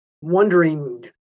wondering